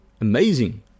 Amazing